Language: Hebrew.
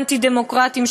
אנטי-דמוקרטיים,